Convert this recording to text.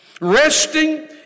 Resting